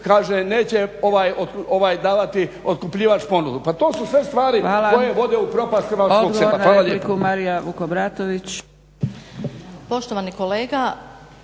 Kaže neće davati otkupljivač ponudu. Pa to su sve stvari koje vode u propast hrvatskog sela. Hvala lijepa.